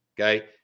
Okay